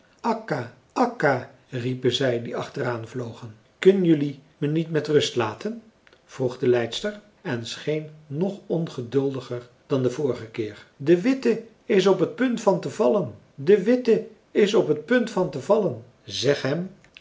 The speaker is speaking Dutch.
akka akka riepen zij die achteraan vlogen kun jelui me niet met rust laten vroeg de leidster en scheen nog ongeduldiger dan de vorige keer de witte is op t punt van te vallen de witte is op t punt van te vallen zeg hem